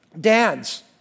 Dads